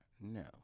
no